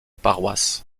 paroisses